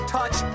touch